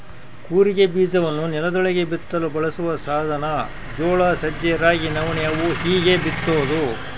ಕೂರಿಗೆ ಬೀಜವನ್ನು ನೆಲದೊಳಗೆ ಬಿತ್ತಲು ಬಳಸುವ ಸಾಧನ ಜೋಳ ಸಜ್ಜೆ ರಾಗಿ ನವಣೆ ಅವು ಹೀಗೇ ಬಿತ್ತೋದು